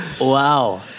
Wow